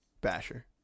basher